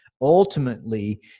ultimately